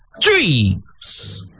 dreams